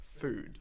Food